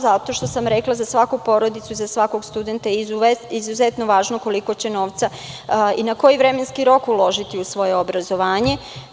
Za svaku porodicu, za svakog studenta je izuzetno važno koliko će novca i na koji vremenski rok uložiti u svoje obrazovanje.